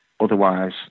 Otherwise